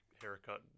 haircut